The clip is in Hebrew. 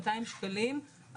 200 שקלים.